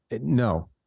no